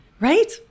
Right